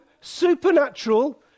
supernatural